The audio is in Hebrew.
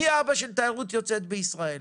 מי האבא של התיירות היוצאת בישראל,